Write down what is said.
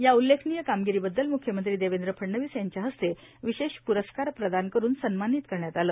या उल्लेखनीय कामगिरीबद्दल मुख्यमंत्री देवेंद्र फडणवीस यांच्या हस्ते विशेष पुरस्कार प्रदान करून सन्मानीत करण्यात आलं